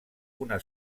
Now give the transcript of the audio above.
una